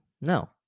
No